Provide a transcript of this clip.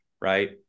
right